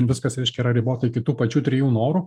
viskas reiškia yra ribota iki tų pačių trijų norų